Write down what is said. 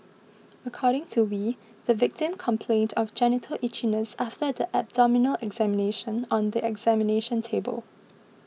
according to Wee the victim complained of genital itchiness after the abdominal examination on the examination table